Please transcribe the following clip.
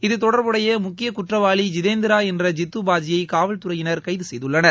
இது தொடர்புடைய முக்கிய குற்றவாளி ஜிதேந்திரா என்ற ஜித்து பாஜியை காவல்துறையினர் கைது செய்துள்ளனர்